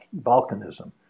volcanism